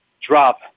drop